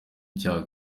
icyaha